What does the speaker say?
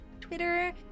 Twitter